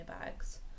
bags